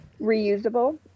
reusable